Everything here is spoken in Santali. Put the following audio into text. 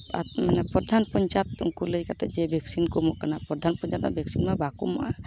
ᱟᱨ ᱯᱨᱚᱫᱷᱟᱱ ᱯᱚᱧᱪᱟᱭᱮᱛ ᱡᱮ ᱩᱱᱠᱩ ᱞᱟᱹᱭ ᱠᱟᱛᱮᱫ ᱡᱮ ᱵᱷᱮᱠᱥᱤᱱ ᱠᱚ ᱮᱢᱚᱜ ᱠᱟᱱᱟ ᱯᱨᱚᱫᱷᱟᱱ ᱯᱚᱧᱪᱟᱭᱮᱛ ᱨᱮ ᱵᱷᱮᱠᱥᱤᱱ ᱢᱟ ᱵᱟᱠᱚ ᱮᱢᱚᱜᱼᱟ